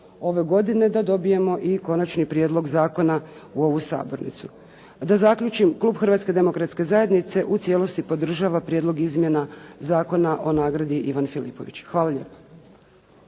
ove godine da dobijemo i konačni prijedlog zakona u ovu sabornicu. Da zaključim. Klub Hrvatske demokratske zajednice u cijelosti podržava prijedlog izmjena Zakona o nagradi Ivan Filipović. Hvala lijepa.